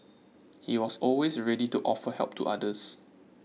he was always ready to offer help to others